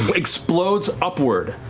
but explodes upward.